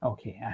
Okay